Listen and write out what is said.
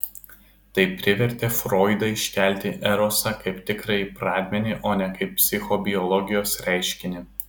tai privertė froidą iškelti erosą kaip tikrąjį pradmenį o ne kaip psichobiologijos reiškinį